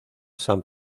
san